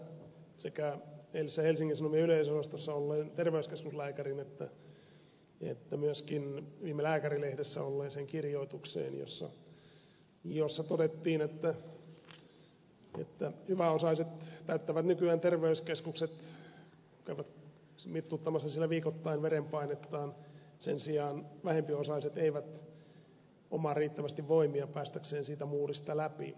viittaan tässä sekä eilisessä helsingin sanomien yleisönosastossa olleeseen terveyskeskuslääkärin kirjoitukseen että myöskin viime lääkärilehdessä olleeseen kirjoitukseen jossa todettiin että hyväosaiset täyttävät nykyään terveyskeskukset käyvät mittauttamassa siellä viikottain verenpainettaan sen sijaan vähempiosaiset eivät omaa riittävästi voimia päästäkseen siitä muurista läpi